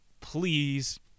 Please